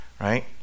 right